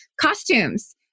costumes